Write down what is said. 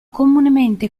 comunemente